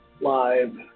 live